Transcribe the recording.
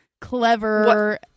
clever